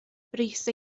brys